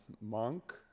monk